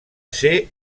ser